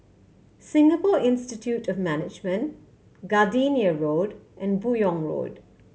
Singapore Institute of Management Gardenia Road and Buyong Road